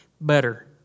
better